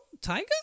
Tiger